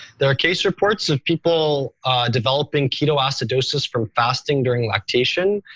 there are case reports of people developing ketoacidosis from fasting during lactation,